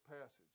passage